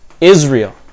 Israel